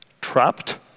trapped